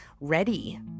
ready